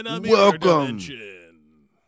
Welcome